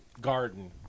garden